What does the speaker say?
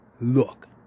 look